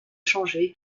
changée